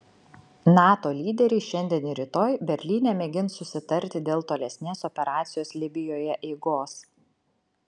nato lyderiai šiandien ir rytoj berlyne mėgins susitarti dėl tolesnės operacijos libijoje eigos